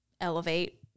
elevate